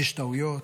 יש טעויות,